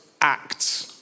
Acts